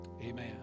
Amen